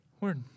Word